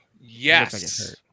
Yes